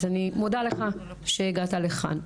אז אני מודה לך שהגעת לכאן.